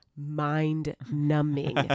Mind-numbing